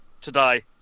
today